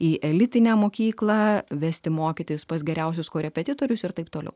į elitinę mokyklą vesti mokytis pas geriausius korepetitorius ir taip toliau